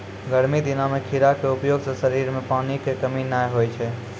गर्मी दिनों मॅ खीरा के उपयोग सॅ शरीर मॅ पानी के कमी नाय होय छै